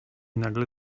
nagle